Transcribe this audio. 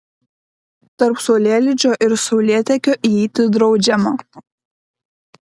tarp saulėlydžio ir saulėtekio įeiti draudžiama